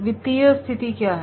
वित्तीय स्थिति क्या है